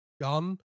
gun